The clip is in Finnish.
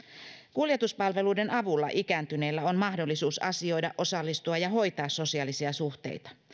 kuljetuspalveluiden avulla ikääntyneellä on mahdollisuus asioida osallistua ja hoitaa sosiaalisia suhteita